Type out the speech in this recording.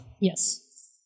Yes